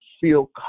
feel